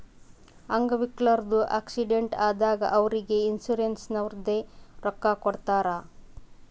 ಅಂಗ್ ವಿಕಲ್ರದು ಆಕ್ಸಿಡೆಂಟ್ ಆದಾಗ್ ಅವ್ರಿಗ್ ಇನ್ಸೂರೆನ್ಸದವ್ರೆ ರೊಕ್ಕಾ ಕೊಡ್ತಾರ್